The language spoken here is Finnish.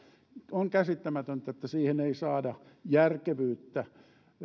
on käsittämätöntä että siihen ei saada järkevyyttä